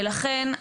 ולכן,